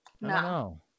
no